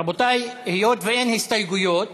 רבותי, היות שאין הסתייגויות